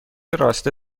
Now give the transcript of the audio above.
راسته